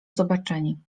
zobaczeni